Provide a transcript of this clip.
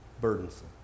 burdensome